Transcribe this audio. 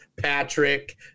Patrick